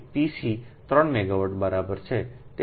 તેથી Pc 3 megawatt બરાબર છે